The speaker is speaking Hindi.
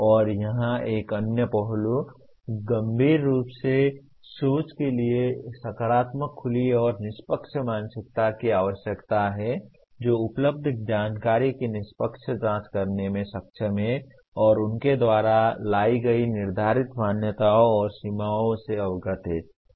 और यहां एक अन्य पहलू गंभीर रूप से सोच के लिए एक सकारात्मक खुली और निष्पक्ष मानसिकता की आवश्यकता है जो उपलब्ध जानकारी की निष्पक्ष जांच करने में सक्षम है और उनके द्वारा लाई गई निर्धारित मान्यताओं और सीमाओं से अवगत है